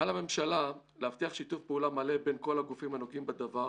על הממשלה להבטיח שיתוף פעולה מלא בין כל הגופים הנוגעים בדבר.